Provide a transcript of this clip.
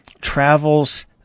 travels